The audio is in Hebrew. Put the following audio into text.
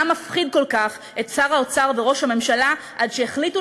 מה מפחיד כל כך את שר האוצר וראש הממשלה עד שהחליטו